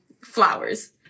flowers